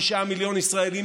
תשעה מיליון ישראלים,